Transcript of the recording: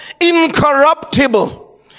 incorruptible